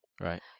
right